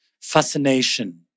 fascination